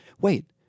Wait